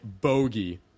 bogey